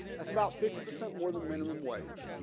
that's about fifty percent more than minimum wage